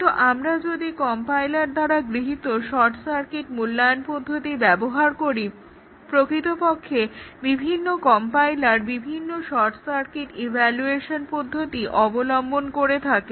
কিন্তু আমরা যদি কম্পাইলার দ্বারা গৃহীত শর্ট সার্কিট মূল্যায়ন পদ্ধতি ব্যবহার করি প্রকৃতপক্ষে বিভিন্ন কম্পাইলার বিভিন্ন শর্ট সার্কিট ইভালুয়েশন পদ্ধতি অবলম্বন করে থাকে